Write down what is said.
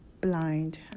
blind